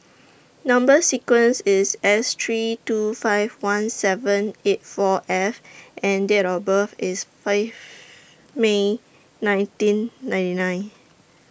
Number sequence IS S three two five one seven eight four F and Date of birth IS five May nineteen ninety nine